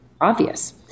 obvious